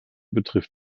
betrifft